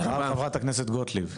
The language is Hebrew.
אחריו, חברת הכנסת גוטליב.